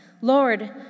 Lord